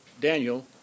Daniel